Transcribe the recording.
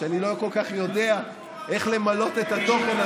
ואני לא כל כך יודע איך למלא בתוכן,